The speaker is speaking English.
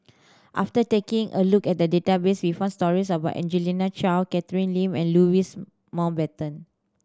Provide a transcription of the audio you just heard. after taking a look at the database we found stories about Angelina Choy Catherine Lim and Louis Mountbatten